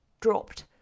dropped